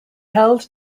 held